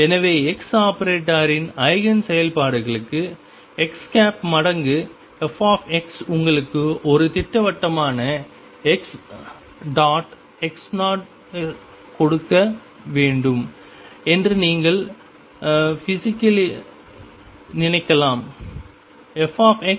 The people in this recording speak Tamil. எனவே x ஆபரேட்டரின் ஐகேன் செயல்பாடுகளுக்கு x மடங்கு f உங்களுக்கு ஒரு திட்டவட்டமான xx0 கொடுக்க வேண்டும் என்று நீங்கள் பிசிகல்லியாக நினைக்கலாம்